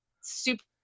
super